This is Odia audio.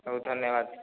ହଉ ଧନ୍ୟବାଦ୍